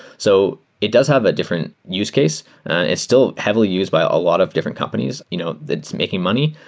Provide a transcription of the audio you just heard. so it does have a different use case and it s still heavily used by a lot of different companies you know that's making money.